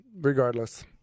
regardless